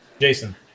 Jason